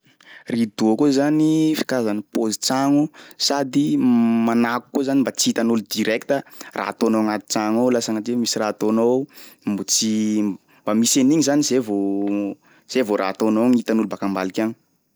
Rideau koa zany, f- karazany pôzin-tsagno sady manako koa zany mba tsy hitan'olo directa raha ataonao agnaty tragno ao laha sagnatria misy raha ataonao ao mbo tsy mba misy an'igny zany zay vao zay vao raha ataonao gny hitan'olo baka ambadiky agny.